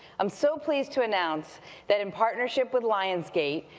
i'm so pleased to announce that in partnership with lion's gate,